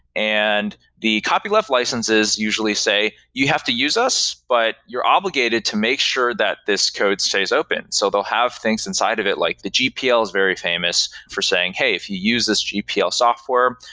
and the copyleft licenses usually say, you have to use us, but you're obligated to make sure that this code stays open. so they'll have things inside of it like the gpl is very famous for saying, hey, if you use this gpl software,